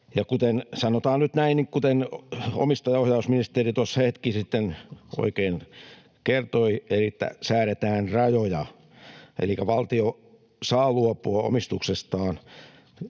saa... Sanotaan nyt näin, kuten omistajaohjausministeri tuossa hetki sitten oikein kertoi, että säädetään rajoja, elikkä valtio saa luopua omistuksestaan